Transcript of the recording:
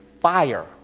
fire